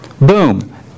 Boom